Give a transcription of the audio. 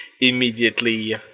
immediately